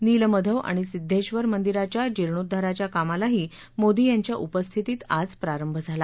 निलमधव आणि सिद्धेबर मंदिराच्या जीर्णोद्वाराच्या कामालाही मोदी यांच्या उपस्थितीत आज प्रारंभ झाला